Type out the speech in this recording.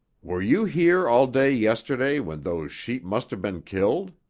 were you here all day yesterday, when those sheep must have been killed?